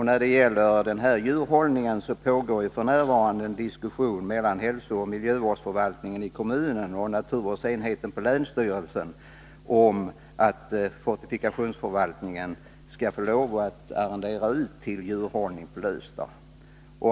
När det gäller djurhållningen vid gården pågår f. n. en diskussion mellan hälsooch miljövårdsförvaltningen i kommunen och naturvårdsenheten på länsstyrelsen om huruvida fortifikationsförvaltningen skall få lov att arrendera ut till djurhållning på Lövsta.